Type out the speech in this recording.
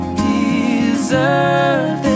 deserve